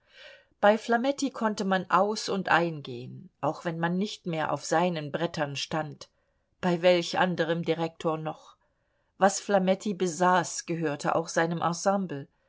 bei flametti konnte man aus und eingehen auch wenn man nicht mehr auf seinen brettern stand bei welch anderem direktor noch was flametti besaß gehörte auch seinem